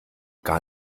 gar